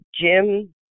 Jim